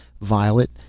violet